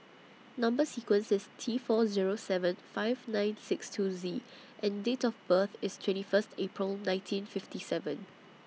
Number sequence IS T four Zero seven five nine six two Z and Date of birth IS twenty First April nineteen fifty seven